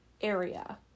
area